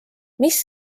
mis